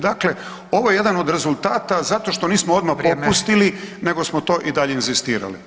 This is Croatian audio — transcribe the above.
Dakle, ovo je jedan od rezultata zato što nismo odmah popustili [[Upadica: Vrijeme.]] nego smo to i dalje inzistirali.